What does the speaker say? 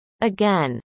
again